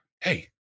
hey